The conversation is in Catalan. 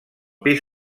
pis